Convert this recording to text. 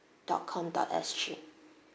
dot com dot S G